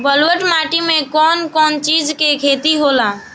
ब्लुअट माटी में कौन कौनचीज के खेती होला?